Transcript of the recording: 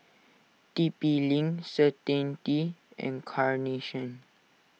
T P Link Certainty and Carnation